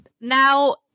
now